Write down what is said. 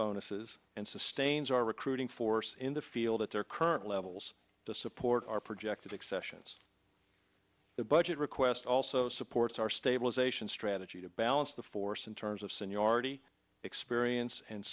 bonuses and sustains our recruiting force in the field at their current levels to support our projected it's the budget request also supports our stabilization strategy to balance the force in terms of seniority experience and